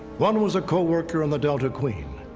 one was a coworker on the delta queen.